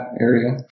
area